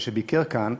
כשביקר כאן,